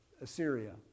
Assyria